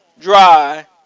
dry